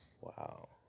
Wow